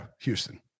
Houston